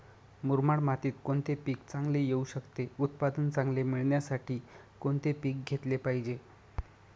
मुरमाड मातीत कोणते पीक चांगले येऊ शकते? उत्पादन चांगले मिळण्यासाठी कोणते पीक घेतले पाहिजे?